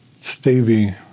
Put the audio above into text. Stevie